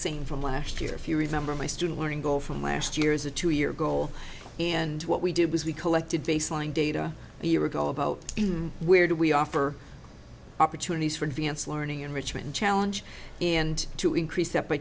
insisting from last year if you remember my student learning goal from last year is a two year goal and what we did was we collected baseline data a year ago about where do we offer opportunities for advanced learning enrichment challenge and to increase